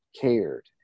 cared